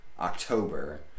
October